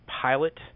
pilot